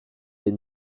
des